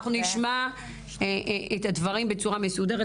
אנחנו נשמע את הדברים בצורה מסודרת,